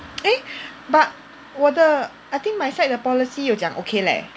eh but 我的 I think my side 的 policy 有讲 okay leh